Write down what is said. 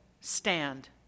stand